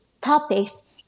topics